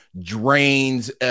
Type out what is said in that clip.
drains